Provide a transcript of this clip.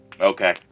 Okay